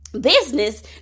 business